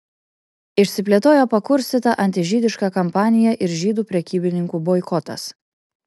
išsiplėtojo pakurstyta antižydiška kampanija ir žydų prekybininkų boikotas